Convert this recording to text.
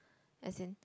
as in